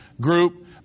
group